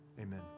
Amen